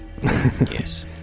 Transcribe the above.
Yes